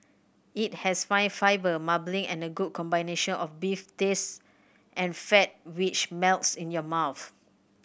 it has fine fibre marbling and a good combination of beef taste and fat which melts in your mouth